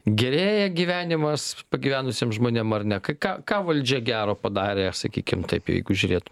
gerėja gyvenimas pagyvenusiem žmonėm ar ne kai ką ką valdžia gero padarė sakykim taip jeigu žiūrėt